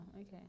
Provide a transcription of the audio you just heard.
okay